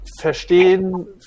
Verstehen